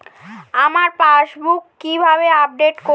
আমার পাসবুক কিভাবে আপডেট করবো?